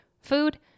food